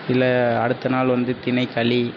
இல்லை அடுத்த நாள் வந்து தினை களி